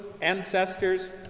ancestors